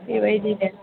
बेबायदिनो